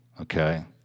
okay